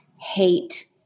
hate